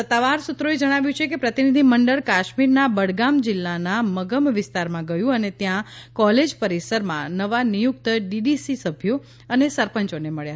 સત્તાવાર સૂત્રોએ જણાવ્યું કે પ્રતિભિધિ મંડળ કાશ્મીરના બડગામ જિલ્લાના મગમ વિસ્તારમાં ગયું અને ત્યાં કોલેજ પરિસરમાં નવા નિયુક્ત ડીડીસી સભ્યો અને સરપંયોને મળ્યા